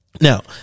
now